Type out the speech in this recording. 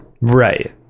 right